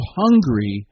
hungry